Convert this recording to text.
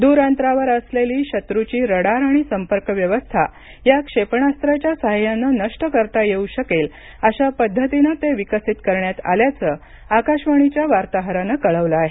दूर अंतरावर असलेली शत्रूची रडार आणि संपर्क व्यवस्था या क्षेपणास्त्राच्या साह्याने नष्ट करता येऊ शकेल अशा पद्धतीनं ते विकसित करण्यात आल्याचं आकाशवाणीच्या वार्ताहरानं कळवलं आहे